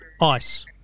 ICE